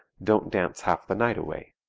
don't dance half the night away.